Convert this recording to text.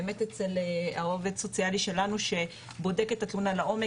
באמת אצל העו"ס שלנו שבודק את התלונה לעומק,